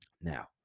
Now